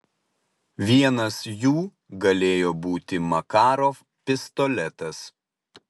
vienas jų galėjo būti makarov pistoletas